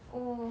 oh